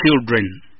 Children